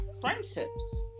friendships